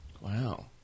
Wow